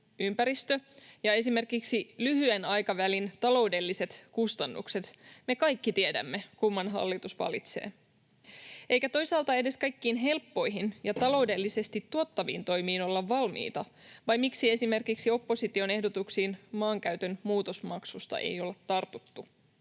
ympäristö ja esimerkiksi lyhyen aikavälin taloudelliset kustannukset, me kaikki tiedämme, kumman hallitus valitsee. Eikä toisaalta edes kaikkiin helppoihin ja taloudellisesti tuottaviin toimiin olla valmiita — vai miksi esimerkiksi opposition ehdotuksiin maankäytön muutosmaksusta ei olla tartuttu?